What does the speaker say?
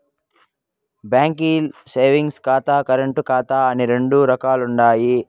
బాంకీల్ల సేవింగ్స్ ఖాతా, కరెంటు ఖాతా అని రెండు రకాలుండాయి